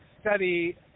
study